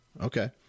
Okay